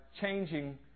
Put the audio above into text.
changing